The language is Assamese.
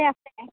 আছে